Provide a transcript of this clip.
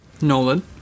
Nolan